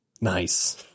Nice